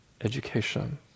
education